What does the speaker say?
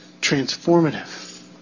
transformative